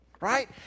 Right